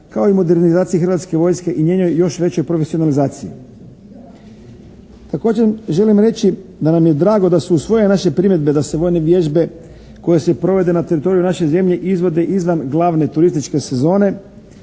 kao i modernizaciji hrvatske vojske i njenoj još većoj profesionalizaciji. Također želim reći da nam je drago da su usvojene naše primjedbe da se vojne vježbe koje se provode na teritoriju naše zemlje izvode izvan glavne turističke sezone,